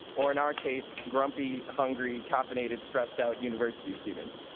or in our case, grumpy, hungry, caffeinated, stressed-out university students.